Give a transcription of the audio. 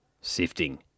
Sifting